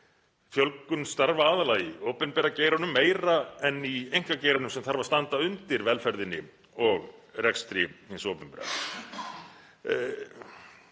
fjölgun starfa aðallega í opinbera geiranum, meira en í einkageiranum sem þarf að standa undir velferðinni og rekstri hins opinbera.